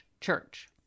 church